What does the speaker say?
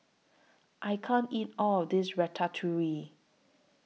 I can't eat All of This Ratatouille